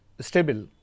Stable